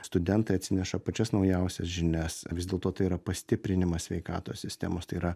studentai atsineša pačias naujausias žinias vis dėlto tai yra pastiprinimas sveikatos sistemos tai yra